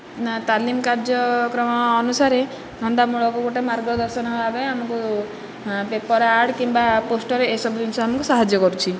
ନା ତାଲିମ କାର୍ଯ୍ୟକ୍ରମ ଅନୁସାରେ ଧନ୍ଦାମୂଳକ ଗୋଟିଏ ମାର୍ଗଦର୍ଶନ ହେବା ପାଇଁ ଆମକୁ ପେପର ଆଡ଼ କିମ୍ବା ପୋଷ୍ଟର ଏସବୁ ଜିନିଷ ଆମକୁ ସାହାଯ୍ୟ କରୁଛି